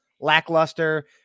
lackluster